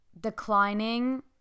declining